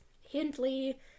Hindley